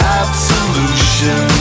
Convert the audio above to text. absolution